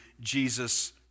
Jesus